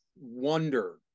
wonder